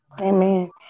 Amen